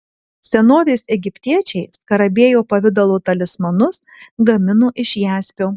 senovės egiptiečiai skarabėjo pavidalo talismanus gamino iš jaspio